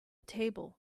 table